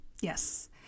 Yes